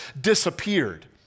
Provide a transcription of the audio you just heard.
disappeared